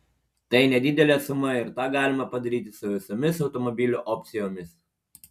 tai nedidelė suma ir tą galima padaryti su visomis automobilių opcijomis